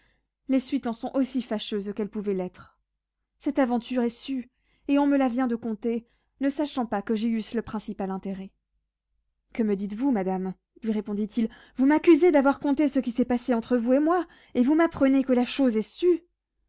les suites en sont aussi fâcheuses qu'elles pouvaient l'être cette aventure est sue et on me la vient de conter ne sachant pas que j'y eusse le principal intérêt que me dites-vous madame lui répondit-il vous m'accusez d'avoir conté ce qui s'est passé entre vous et moi et vous m'apprenez que la chose est sue